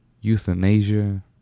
Euthanasia